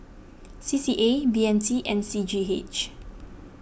C C A B M T and C G H